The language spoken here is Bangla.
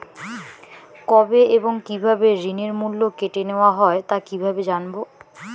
কবে এবং কিভাবে ঋণের মূল্য কেটে নেওয়া হয় তা কিভাবে জানবো?